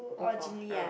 o four ah